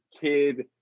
kid